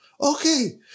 Okay